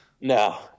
no